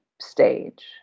stage